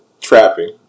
trapping